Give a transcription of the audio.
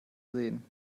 sehen